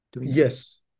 Yes